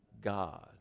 God